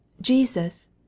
Jesus